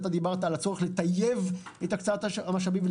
דיברת על הצורך לטייב את קבלת ההחלטות ואת הקצאת המשאבים,